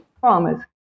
farmers